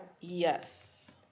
Yes